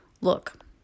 Look